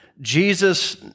Jesus